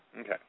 Okay